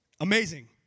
Amazing